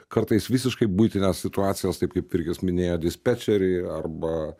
kartais visiškai buitines situacijas taip kaip virgis minėjo dispečeriai arba